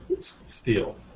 Steel